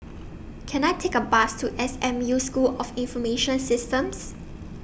Can I Take A Bus to S M U School of Information Systems